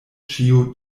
ĉio